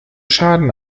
schaden